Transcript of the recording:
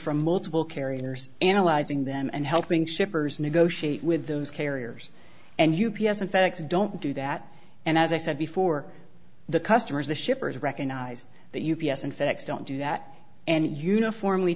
from multiple carriers analyzing them and helping shippers negotiate with those carriers and u p s in fact don't do that and as i said before the customers the shippers recognize that u b s and fedex don't do that and uniformly